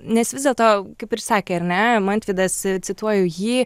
nes vis dėlto kaip ir sakė ar ne mantvidas cituoju jį